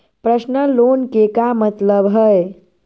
Personal loan के का मतलब हई?